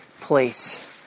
place